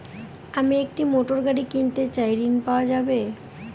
আমি একটি মোটরগাড়ি কিনতে চাই ঝণ পাওয়া যাবে?